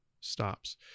stops